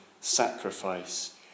sacrifice